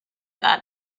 that